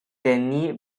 denis